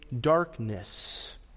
darkness